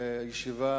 ישיבה